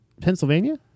Pennsylvania